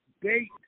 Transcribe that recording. date